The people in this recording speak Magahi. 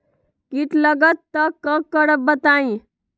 कीट लगत त क करब बताई?